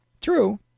True